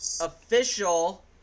official